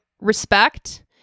respect